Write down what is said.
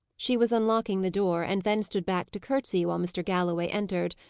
she was unlocking the door, and then stood back to curtsey while mr. galloway entered,